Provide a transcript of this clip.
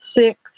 six